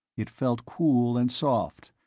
it felt cool and soft,